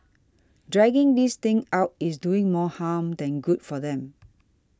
dragging this thing out is doing more harm than good for them